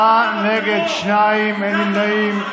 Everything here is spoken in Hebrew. בעד, 54, נגד, שניים, אין נמנעים.